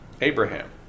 Abraham